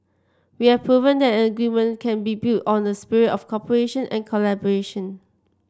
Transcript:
we have proven that an agreement can be built on a spirit of cooperation and collaboration